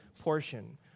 portion